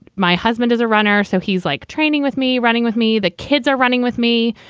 my husband is a runner, so he's like training with me, running with me. the kids are running with me.